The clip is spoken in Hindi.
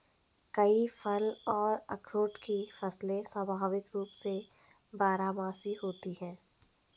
कई फल और अखरोट की फसलें स्वाभाविक रूप से बारहमासी होती हैं